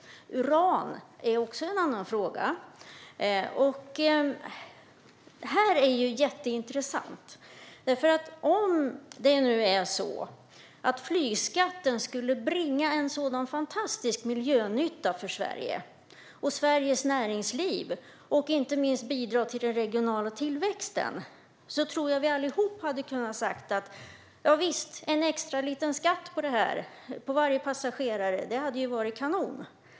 Uran är en annan fråga. Det här är jätteintressant. Om flygskatten skulle bringa en sådan fantastisk miljönytta för Sverige och svenskt näringsliv, och inte minst bidra till den regionala tillväxten, tror jag att vi alla hade kunnat säga att visst skulle en extra skatt på varje passagerare vara kanon.